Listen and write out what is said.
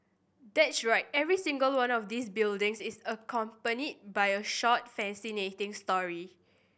that's right every single one of these buildings is accompanied by a short fascinating story